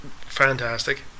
fantastic